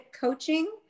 Coaching